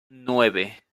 nueve